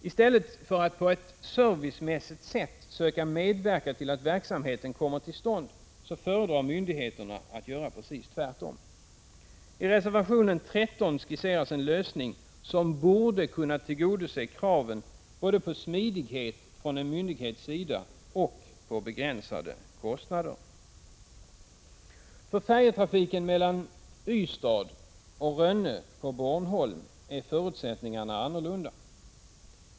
I stället för att på ett servicemässigt sätt söka medverka till att verksamheten kommer till stånd, föredrar myndigheterna att göra precis tvärtom. I reservation 13 skisseras en lösning som borde kunna tillgodose kraven både på smidighet från en myndighets sida och på begränsade kostnader. För färjetrafiken mellan Ystad och Rönne på Bornholm är förutsättningarna annorlunda.